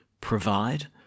provide